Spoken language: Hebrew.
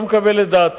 אני לא מקבל את דעתה,